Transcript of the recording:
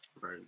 right